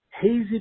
Hazy